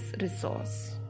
resource